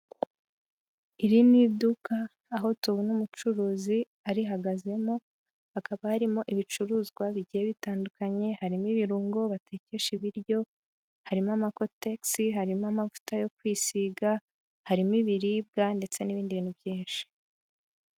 Iri ni iduka, aho tubona umucuruzi arihagazemo, hakaba harimo ibicuruzwa bigiye bitandukanye, harimo ibirungo batekesha ibiryo, harimo amakotegisi, harimo amavuta yo kwisiga, harimo ibiribwa ndetse n'ibindi bintu byinshi.